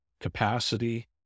capacity